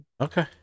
Okay